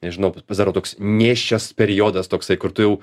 nežinau pasidaro toks nėščias periodas toksai kur tu jau